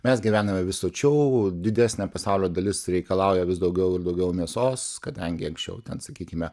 mes gyvename vis sočiau didesnė pasaulio dalis reikalauja vis daugiau ir daugiau mėsos kadangi anksčiau ten sakykime